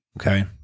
okay